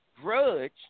grudge